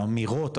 האמירות,